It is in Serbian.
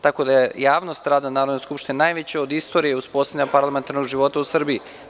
Tako da je javnost rada Narodne skupštine najveći u istoriji od uspostavljanja parlamentarnog života u Srbiji.